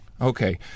Okay